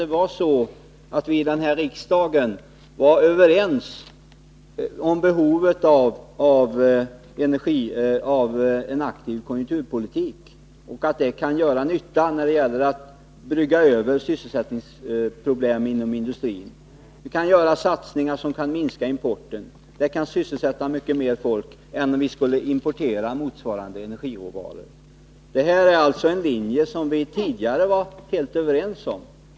Tänk, jag trodde faktiskt att vi här i riksdagen var överens om behovet av en aktiv konjunkturpolitik och att dessa åtgärder kan göra nytta när det gäller att brygga över sysselsättningsproblem inom industrin. Vi kan göra satsningar som minskar importen och sysselsätta mycket mer folk än om vi skulle importera motsvarande energiråvaror. Det är en linje som vi tidigare varit helt överens om.